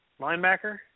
linebacker